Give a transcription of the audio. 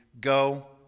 Go